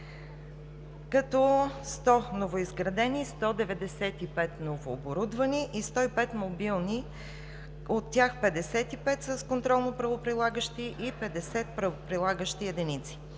като 100 – новоизградени, 195 – новооборудвани, и 105 – мобилни. От тях 55 са контролно правоприлагащи и 50 правоприлагащи единици.